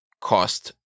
cost